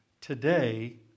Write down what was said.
today